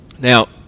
Now